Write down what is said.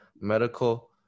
medical